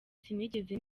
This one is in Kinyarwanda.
sinigeze